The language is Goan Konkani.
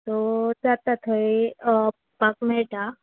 सो जाता थंय वसपाक मेळटा